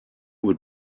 would